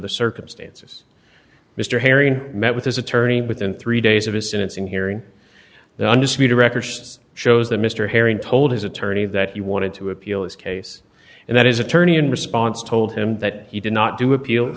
the circumstances mr harry met with his attorney within three days of his sentencing hearing the undisputed record shows that mr herring told his attorney that he wanted to appeal this case and that is attorney in response told him that he did not do appeal